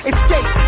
Escape